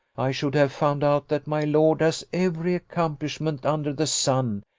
i should have found out that my lord has every accomplishment under the sun,